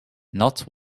not